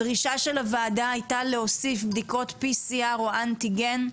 הדרישה של הוועדה הייתה להוסיף בדיקות pcr או אנטיגן,